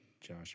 Josh